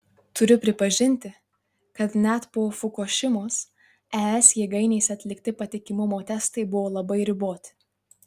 turiu pripažinti kad net po fukušimos es jėgainėse atlikti patikimumo testai buvo labai riboti